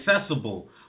accessible